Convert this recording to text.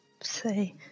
say